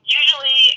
usually